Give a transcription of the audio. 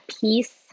peace